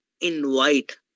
invite